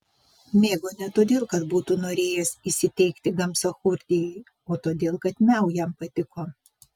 mėgo ne todėl kad būtų norėjęs įsiteikti gamsachurdijai o todėl kad miau jam patiko